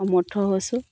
সমৰ্থ হৈছোঁ